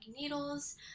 needles